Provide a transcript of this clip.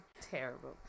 Terrible